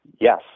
Yes